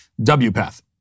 WPATH